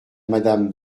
madame